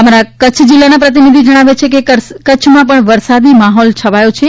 અમારા કચ્છના પ્રતિનિધિ જણાવે છે કે કચ્છમાં પણ વરસાદી માહોલ છવાયો છે